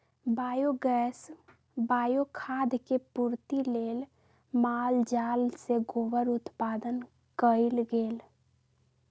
biogas, bio खाद के पूर्ति लेल माल जाल से गोबर उत्पादन कएल गेल